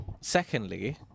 Secondly